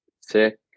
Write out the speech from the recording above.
sick